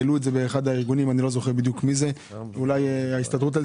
העלו את זה באחד הארגונים, אולי ההסתדרות.